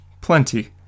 plenty